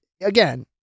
again